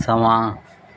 ਸਮਾਂ